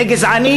זה גזעני,